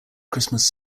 christmas